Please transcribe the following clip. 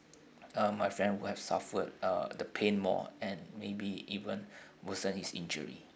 uh my friend would have suffered uh the pain more and maybe even worsen his injury